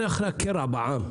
אחרי הקרע בעם,